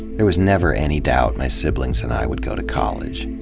there was never any doubt my siblings and i would go to college.